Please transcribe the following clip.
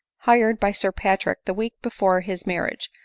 hired by sir patrick the week before his marriage,